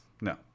No